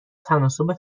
تناسب